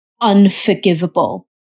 unforgivable